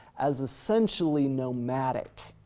as essentially nomadic.